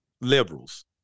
Liberals